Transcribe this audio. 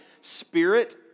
spirit